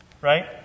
right